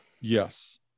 Yes